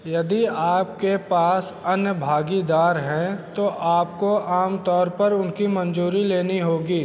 यदि आपके पास अन्य भागीदार हैं तो आपको आम तौर पर उनकी मंजूरी लेनी होगी